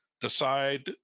decide